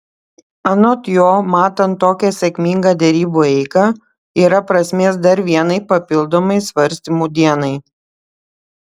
anot jo matant tokią sėkmingą derybų eigą yra prasmės dar vienai papildomai svarstymų dienai